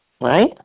right